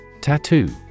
Tattoo